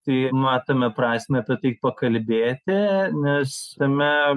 tai matome prasmę tai pakalbėti nes tame